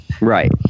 Right